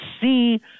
see